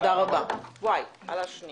הישיבה